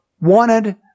wanted